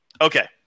okay